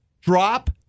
Drop